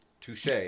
Touche